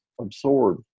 absorbed